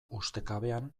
ustekabean